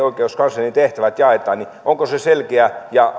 oikeuskanslerin tehtävät jaetaan selkeä ja